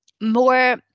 more